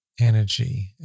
energy